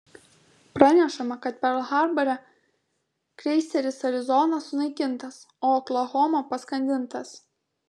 pranešama kad perl harbore kreiseris arizona sunaikintas o oklahoma paskandintas